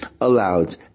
allowed